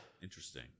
Interesting